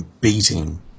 beating